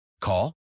Call